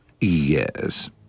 Yes